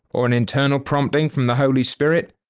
or an internal prompting from the holy spirit,